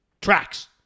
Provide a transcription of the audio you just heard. Tracks